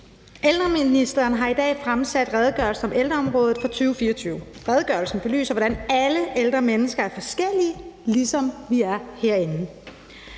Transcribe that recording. Ældreministeren har i dag fremsat redegørelsen om ældreområdet for 2024. Redegørelsen belyser, hvordan alle ældre mennesker er forskellige, ligesom vi er herinde.